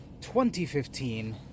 2015